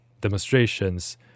demonstrations